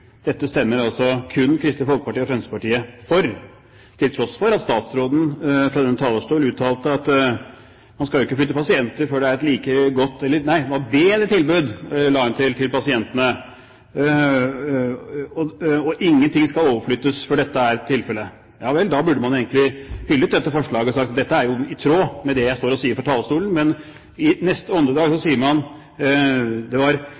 Dette stemmer kun Kristelig Folkeparti og Fremskrittspartiet for, til tross for at statsråden fra denne talerstol uttalte at man ikke skal flytte pasienter før det er et like godt, nei bedre – la hun til – tilbud til pasientene, og ingenting skal overflyttes før dette er tilfellet. Ja vel, da burde man egentlig hyllet dette forslaget og sagt: Dette er i tråd med det jeg står og sier fra talerstolen. Men i neste åndedrag sier man: Det var